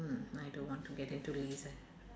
mm I don't want to get into laser